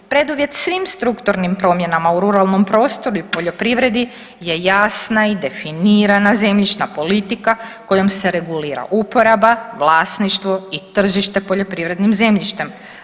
Preduvjet svim strukturnim promjenama u ruralnom prostoru i poljoprivredi je jasna i definirana zemljišna politika kojom se regulira uporaba, vlasništvo i tržište poljoprivrednim zemljištem.